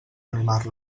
animar